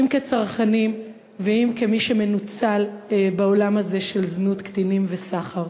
אם כצרכנים ואם כמי שמנוצל בעולם הזה של זנות קטינים וסחר.